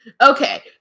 Okay